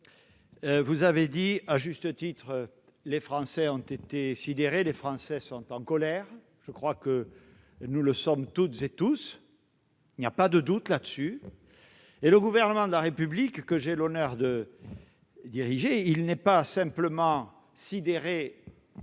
vous avez dit, à juste titre, que les Français ont été sidérés, qu'ils sont en colère. Je crois que nous le sommes toutes et tous, il n'y a pas de doute là-dessus, mais le Gouvernement de la République que j'ai l'honneur de diriger n'est pas simplement sidéré